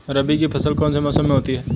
रबी की फसल कौन से मौसम में होती है?